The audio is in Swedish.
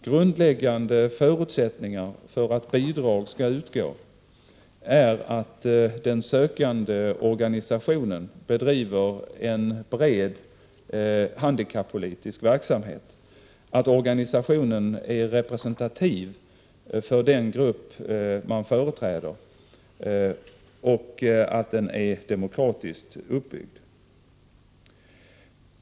Grundläggande förutsättningar för att bidrag skall utgå är att den sökande organisationen bedriver en bred handikappolitisk verksamhet, att organisationen är representativ för den grupp man företräder och att den är demokratiskt uppbyggd.